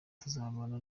tuzabana